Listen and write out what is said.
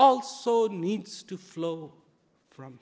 also needs to flow from